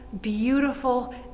beautiful